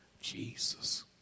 Jesus